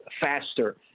faster